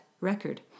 record